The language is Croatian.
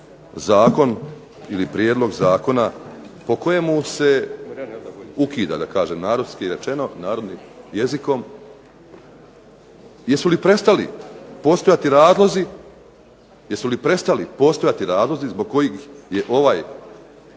zakon ili prijedlog zakona po kojemu se ukida, da kažem narodski rečeno, narodnim jezikom, jesu li prestali postojati razlozi zbog kojih je ovaj